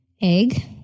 egg